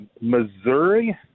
Missouri